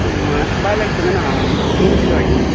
balance வந்து நான் முடிச்சுட்டு வாங்கிக்கிறேன்